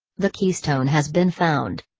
the keystone has been found.